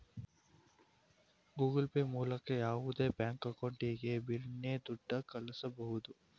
Google pay ಮುಖಾಂತರ ಯಾವುದೇ bank ಅಕೌಂಟಿಗೆ ಬಿರರ್ನೆ ದುಡ್ಡ ಕಳ್ಳಿಸ್ಬೋದು